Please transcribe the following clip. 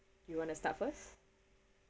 you want to start first